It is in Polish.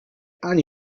ani